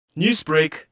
Newsbreak